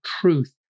truth